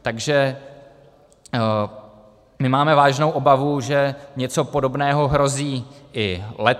Takže my máme vážnou obavu, že něco podobného hrozí i letos.